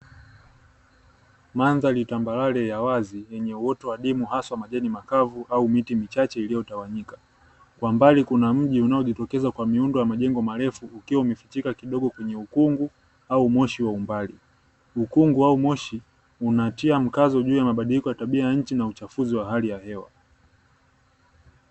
Madhari tambarare ya wazi, yenye uoto adimu haswa majani makavu au miti michache iliyotawanyika, kwa mbali kuna mji unaojitokeza kwa miundo ya majengo marefu, ikiwa imefichika kidogo kwenye ukungu au moshi wa umbali. Ukungu au moshi unatia mkazo juu ya mabadiliko ya tabia ya nchi na uchafuzi wa hali ya hewa.